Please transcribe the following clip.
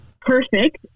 perfect